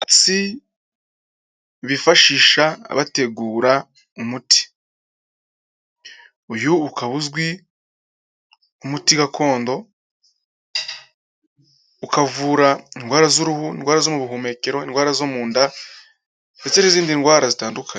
Bifashisha bategura umuti, uyu ukaba uzwi nk'umuti gakondo ukavura indwara z'uruhu, indwara zo mu buhumekero, indwara zo mu nda ndetse n'izindi ndwara zitandukanye.